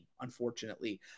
unfortunately